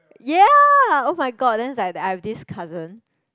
ya [oh]-my-god then I I will this cousin